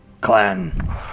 clan